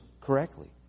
correctly